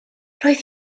roedd